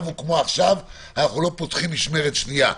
הוא כמו עכשיו אנחנו לא פותחים משמרת שנייה.